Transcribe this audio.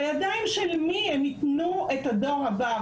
בידיים של מי הם יתנו את הדור הבא?